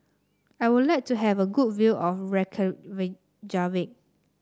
I would like to have a good view of Reykjavik